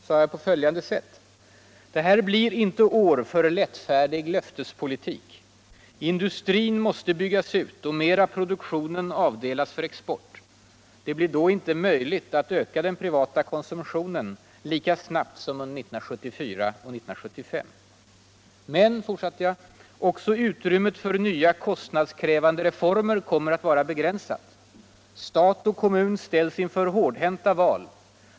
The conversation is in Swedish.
sade jag följande: ”Det blir inte år för en lättfärdig löftespolitik. Industrin måste byggaus ut och mer uv produktionen avdelas för expori. Och då blir det inte möjligt att öka den privata konsumtionen lika snabbt som under 1974 och 1976. Men”. fortsatte jag, ”också utrymmet för nya, kostnadskriivande reformer kommer att vara begränsat. Stat och kommun stiälls inför hårdhänta val,.